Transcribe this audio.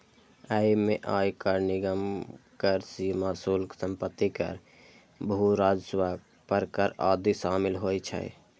अय मे आयकर, निगम कर, सीमा शुल्क, संपत्ति कर, भू राजस्व पर कर आदि शामिल होइ छै